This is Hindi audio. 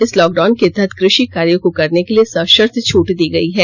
इस लॉकडाउन के तहत कृषि कार्यो को करने के लिए सषर्त छूट दी गई है